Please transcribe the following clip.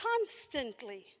constantly